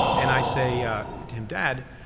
and i say to him, dad,